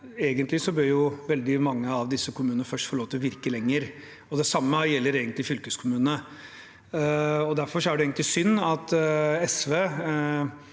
Egentlig bør veldig mange av disse kommunene først få lov til å virke lenger. Det samme gjelder egentlig fylkeskommunene. Derfor er det synd at SV,